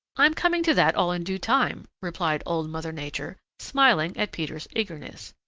i'm coming to that all in due time, replied old mother nature, smiling at peter's eagerness.